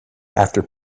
after